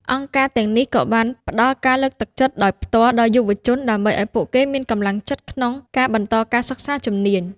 អង្គការទាំងនេះក៏បានផ្តល់ការលើកទឹកចិត្តដោយផ្ទាល់ដល់យុវជនដើម្បីឱ្យពួកគេមានកម្លាំងចិត្តក្នុងការបន្តការសិក្សាជំនាញ។